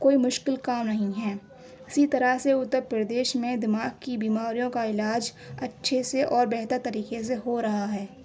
کوئی مشکل کام نہیں ہے اسی طرح سے اتر پردیش میں دماغ کی بیماریوں کا علاج اچھے سے اور بہتر طریقے سے ہو رہا ہے